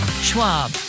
schwab